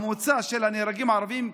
הממוצע של הנהרגים הערבים,